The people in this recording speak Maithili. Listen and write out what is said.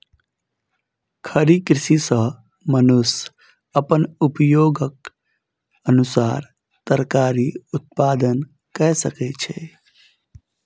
खड़ी कृषि सॅ मनुष्य अपन उपयोगक अनुसार तरकारी उत्पादन कय सकै छै